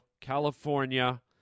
California